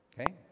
Okay